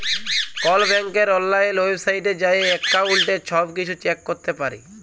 call ব্যাংকের অললাইল ওয়েবসাইটে যাঁয়ে এক্কাউল্টের ছব কিছু চ্যাক ক্যরতে পারি